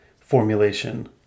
formulation